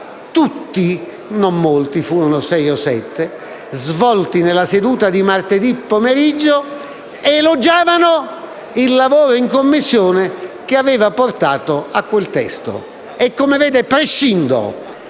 tutti - non furono molti: sei o sette - svolti nella seduta di martedì pomeriggio elogiavano il lavoro in Commissione che aveva portato a quel testo e, come vede, prescindo